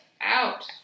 out